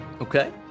Okay